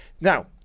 Now